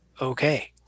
Okay